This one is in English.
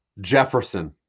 Jefferson